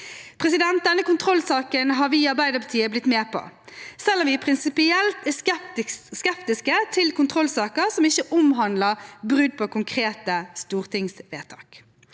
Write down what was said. akseptabel. Denne kontrollsaken har vi i Arbeiderpartiet blitt med på, selv om vi prinsipielt er skeptiske til kontrollsaker som ikke omhandler brudd på konkrete stortingsvedtak.